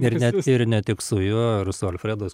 ir ne ir ne tik su juo ir su alfredu